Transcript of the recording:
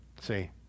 see